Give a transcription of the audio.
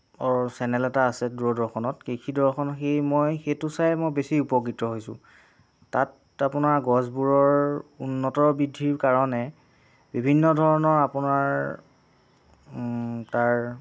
অৰ channel এটা আছে দূৰদৰ্শনত কৃষিদৰ্শন সি মই সেইটো চাইয়ে মই বেছি উপকৃত হৈছোঁ তাত আপোনাৰ গছবোৰৰ উন্নত বৃদ্ধিৰ কাৰণে বিভিন্ন ধৰণৰ আপোনাৰ তাৰ